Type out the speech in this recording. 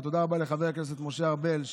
ותודה רבה לחבר הכנסת משה ארבל,